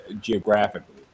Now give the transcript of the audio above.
geographically